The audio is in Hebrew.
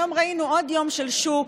היום ראינו עוד יום של שוק,